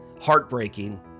heartbreaking